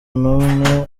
n’umwe